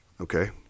Okay